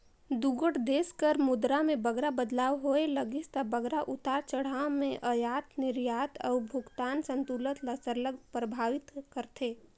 दुगोट देस कर मुद्रा में बगरा बदलाव होए लगिस ता बगरा उतार चढ़ाव में अयात निरयात अउ भुगतान संतुलन ल सरलग परभावित करथे